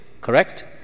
correct